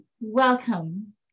welcome